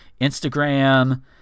Instagram